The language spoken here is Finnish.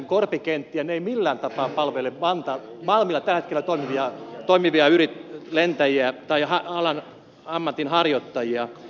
ne eivät millään tapaa palvele malmilla tällä hetkellä toimivia lentäjiä tai alan ammatinharjoittajia